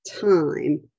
time